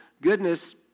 goodness